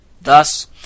Thus